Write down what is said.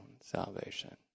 salvation